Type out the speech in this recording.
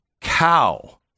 cow